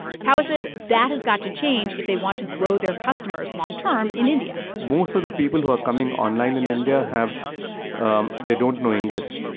pahwa says that has got to change if they want to grow their customers long-term in india most of the people who are coming online in india have um they don't know english.